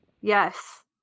Yes